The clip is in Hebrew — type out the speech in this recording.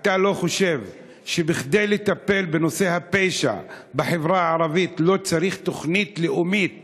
אתה לא חושב שכדי לטפל בנושא הפשע בחברה הערבית צריך תוכנית לאומית